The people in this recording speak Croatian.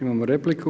Imamo repliku.